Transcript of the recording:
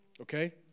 okay